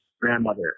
grandmother